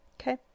Okay